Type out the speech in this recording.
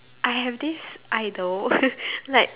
I have this idol like